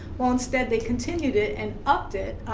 well, instead they continued it and upped it.